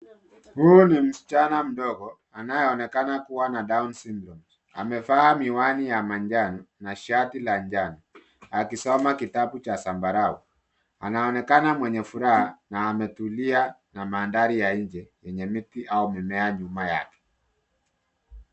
Huyu ni msichana mdogo anayeonekana kuwa na down syndrome . Amevaa miwani ya manjano na shati la anjano akisoma kitabu cha zambarau . Anaonekana mwenye furaha na ametulia na maandhari ya nje yenye miti au mimea nyuma yake.